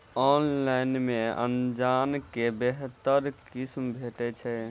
Online मे अनाज केँ बेहतर किसिम भेटय छै?